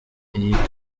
iyi